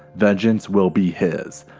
vengeance will be his.